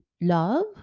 love